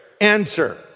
Answer